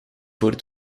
voor